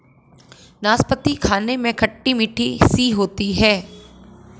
नाशपती खाने में खट्टी मिट्ठी सी होती है